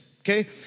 okay